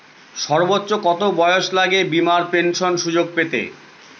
সর্বোচ্চ কত বয়স লাগে বীমার পেনশন সুযোগ পেতে?